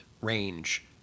range